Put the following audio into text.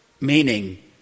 meaning